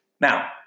Now